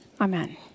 Amen